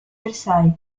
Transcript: versailles